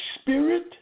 spirit